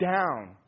down